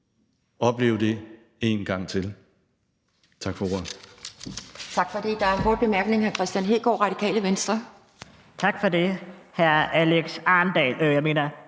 opleve det en gang til. Tak for ordet.